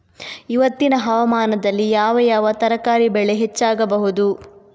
ಇವತ್ತಿನ ಹವಾಮಾನದಲ್ಲಿ ಯಾವ ಯಾವ ತರಕಾರಿ ಬೆಳೆ ಹೆಚ್ಚಾಗಬಹುದು?